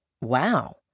Wow